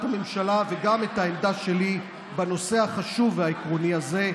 הממשלה וגם את העמדה שלי בנושא החשוב והעקרוני הזה.